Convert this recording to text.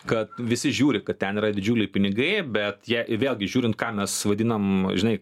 kad visi žiūri kad ten yra didžiuliai pinigai bet vėlgi žiūrint ką mes vadinam žinai